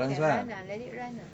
can run ah let it run ah